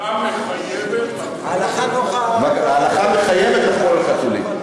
ההלכה מחייבת, ההלכה מחייבת, רק לא לחתולים.